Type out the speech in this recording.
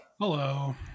Hello